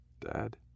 Dad